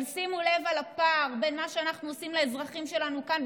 אבל שימו לב לפער בין מה שאנחנו עושים לאזרחים שלנו כאן,